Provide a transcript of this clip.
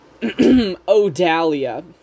Odalia